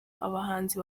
abahanzi